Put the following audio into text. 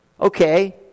Okay